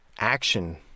action